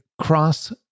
cross